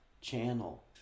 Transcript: channel